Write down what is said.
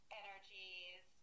energies